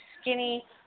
skinny